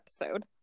episode